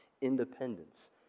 independence